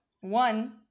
one